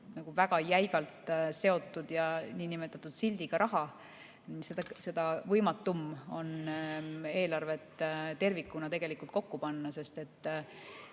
väga jäigalt seotud ja niinimetatud sildiga raha, seda võimatum on eelarvet tervikuna kokku panna, sest